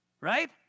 right